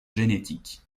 génétique